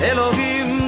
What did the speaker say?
Elohim